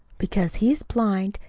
because he is blind,